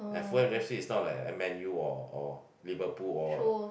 Fulham F_C is not like a Man U or or Liverpool or